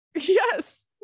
Yes